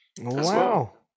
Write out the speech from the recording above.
Wow